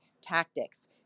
tactics